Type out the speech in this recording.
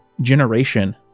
generation